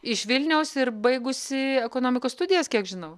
iš vilniaus ir baigusi ekonomikos studijas kiek žinau